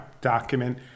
Document